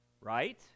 Right